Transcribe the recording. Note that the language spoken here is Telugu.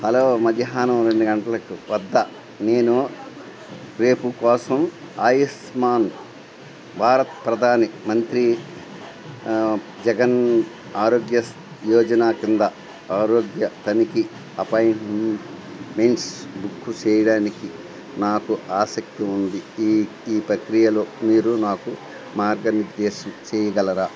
హలో మధ్యాహ్నం రెండు గంటలకు వద్ద నేను రేపు కోసం ఆయుష్మాన్ భారత్ ప్రధాని మంత్రి జన్ ఆరోగ్య యోజన కింద ఆరోగ్య తనిఖీ అపాయింట్మెంట్ బుక్ చేయడానికి నాకు ఆసక్తి ఉంది ఈ ప్రక్రియలో మీరు నాకు మార్గనిర్దేశం చేయగలరా